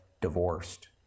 divorced